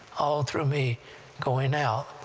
all through me going out,